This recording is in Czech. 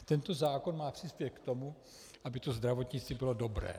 Tento zákon má přispět k tomu, aby zdravotnictví bylo dobré.